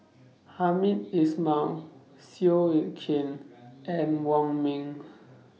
Hamed Ismail Seow Yit Kin and Wong Ming